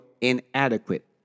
inadequate